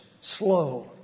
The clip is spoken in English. slow